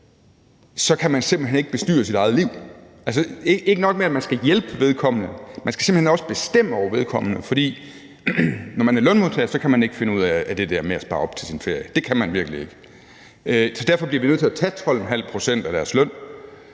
kan man simpelt hen ikke bestyre sit eget liv. Altså, ikke nok med, at man skal hjælpe vedkommende, skal man simpelt hen også bestemme over vedkommende, for når man er lønmodtager, kan man ikke finde ud af det der med at spare op til sin ferie – det kan man virkelig ikke. Så derfor bliver vi nødt til at tage 125 pct. af deres løn